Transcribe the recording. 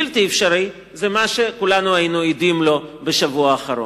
אבל מה שבלתי אפשרי הוא מה שכולנו היינו עדים לו בשבוע האחרון.